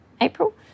April